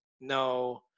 No